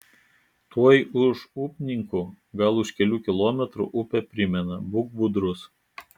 tuoj už upninkų gal už kelių kilometrų upė primena būk budrus